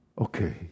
okay